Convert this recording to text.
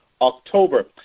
October